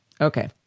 Okay